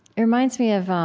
it reminds me of